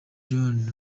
jones